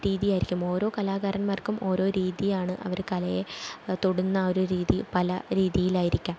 രീതിയായിരിക്കും ഓരോ കലാകാരന്മാര്ക്കും ഓരോ രീതിയാണ് അവർ കലയെ തൊടുന്ന ആ ഒരു രീതി പല രീതിയിലായിരിക്കാം